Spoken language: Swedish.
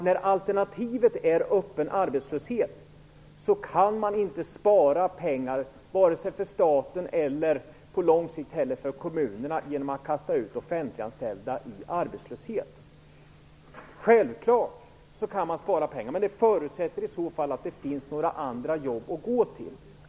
När alternativet är öppen arbetslöshet kan man inte spara pengar, vare sig för staten eller på lång sikt för kommunerna, genom att kasta ut de offentliganställda i arbetslöshet. Självklart kan man spara pengar, men det förutsätter i så fall att det finns några andra jobb att gå till.